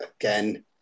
again